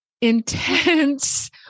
intense